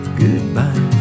goodbye